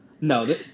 No